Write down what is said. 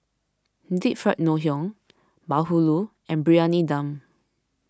Deep Fried Ngoh Hiang Bahulu and Briyani Dum